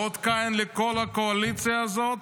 זה אות קין לכל הקואליציה הזאת,